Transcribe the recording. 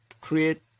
create